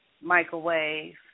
microwave